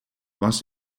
was